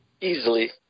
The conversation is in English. easily